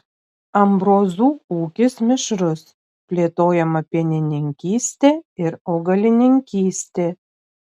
ambrozų ūkis mišrus plėtojama pienininkystė ir augalininkystė